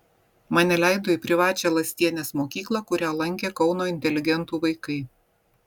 mane leido į privačią lastienės mokyklą kurią lankė kauno inteligentų vaikai